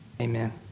amen